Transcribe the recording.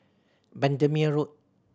Bendemeer Road